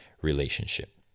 relationship